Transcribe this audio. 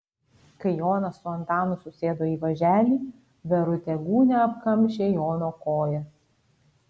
kai jonas su antanu susėdo į važelį verutė gūnia apkamšė jono kojas